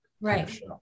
Right